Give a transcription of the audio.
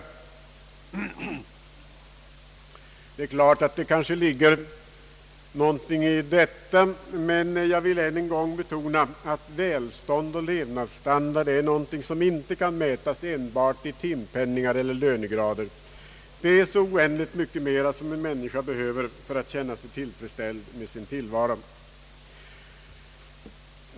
Givetvis ligger det väl något i detta, men jag vill än en gång betona, att välstånd och levnadsstandard är någonting som inte kan mätas enbart i timpenning och lönegrader. Det är så oändligt mycket mera som en människa behöver för att känna sig tillfreds med sin tillvaro.